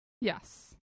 yes